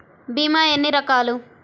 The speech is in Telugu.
భీమ ఎన్ని రకాలు?